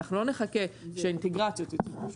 אנחנו לא נחכה שהאינטגרציות יצאו מהשוק.